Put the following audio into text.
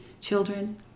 Children